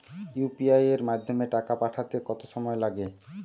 UPI এর মাধ্যমে টাকা পাঠাতে কত সময় লাগে?